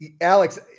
Alex